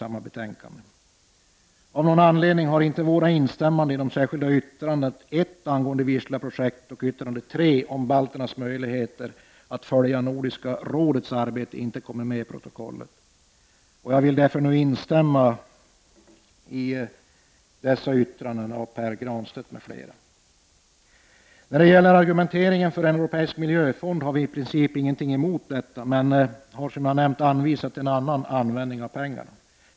Av någon anledning har våra instämmanden i det särskilda yttrandet 1 angående Wistaprojektet och yttrandet 3 om balternas möjligheter att följa Nordiska rådets arbete inte kommit med i protokollet. Jag vill därför nu instämma i dessa yttranden av Pär Granstedt m.fl. När det gäller argumenteringen för en europeisk miljöfond har vi i princip inget emot detta, men vi har som jag nämnt anvisat en annan användning av pengarna.